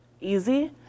easy